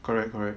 correct correct